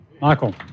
Michael